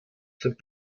sind